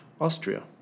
austria